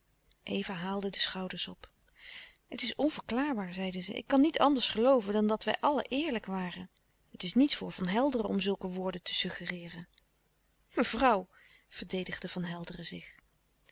eva haalde de schouders op het is onverklaarbaar zeide ze ik kan niet anders gelooven dan dat wij allen eerlijk waren het is niets voor van helderen om zulke woorden te suggereeren mevrouw verdedigde van helderen zich